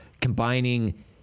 combining